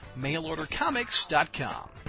mailordercomics.com